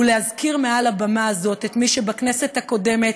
ולהזכיר מעל הבמה הזאת את מי שבכנסת הקודמת